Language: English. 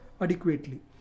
adequately